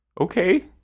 okay